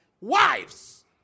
wives